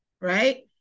right